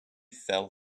fell